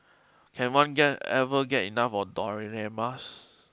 can one get ever get enough of dioramas